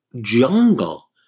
jungle